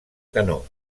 canó